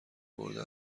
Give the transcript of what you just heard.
برده